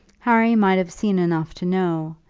harry might have seen enough to know,